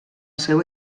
seu